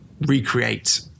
recreate